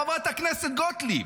חברת הכנסת גוטליב,